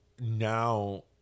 now